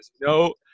No